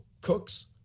Cooks